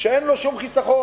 שאין לו שום חיסכון,